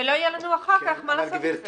ולא יהיה לנו אחר כך מה לעשות עם זה.